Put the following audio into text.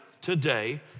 today